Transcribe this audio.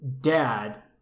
Dad